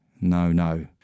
no-no